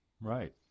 right